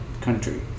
country